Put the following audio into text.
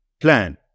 plan